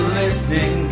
listening